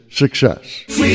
success